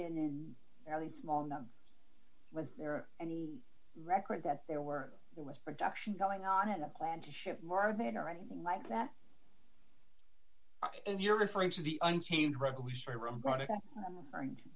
in fairly small number was there any record that there were there was production going on in a plan to ship marvin or anything like that and you're referring to the